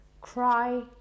cry